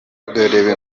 dore